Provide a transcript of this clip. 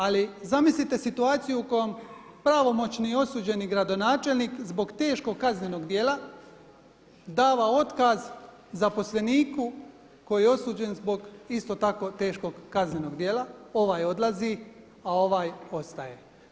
Ali zamislite situaciju u kojoj pravomoćni i optuženi gradonačelnik zbog teškog kaznenog djela daje otkaz zaposleniku koji je osuđen zbog isto tako teškog kaznenog djela, ovaj odlazi a ovaj ostaje.